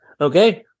Okay